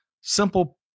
simple